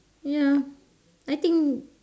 ya I think